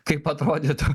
kaip atrodytų